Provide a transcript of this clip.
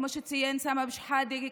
כמו שציין סמי אבו שחאדה,